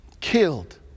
killed